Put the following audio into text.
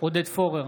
עודד פורר,